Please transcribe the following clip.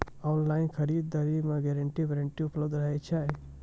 Online खरीद दरी मे गारंटी वारंटी उपलब्ध रहे छै?